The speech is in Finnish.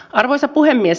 arvoisa puhemies